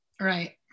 right